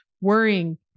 worrying